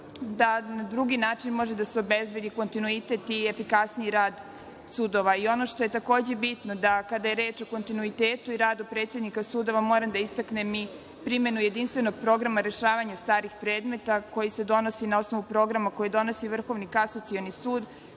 da na drugi način može da se obezbedi kontinuitet i efikasniji rad sudova. Ono što je takođe bitno je da kada je reč o kontinuitetu i radu predsednika sudova moram da istaknem i primenu jedinstvenog programa rešavanja starih predmeta, koji se donosi na osnovu programa koji donosi VKS, koji je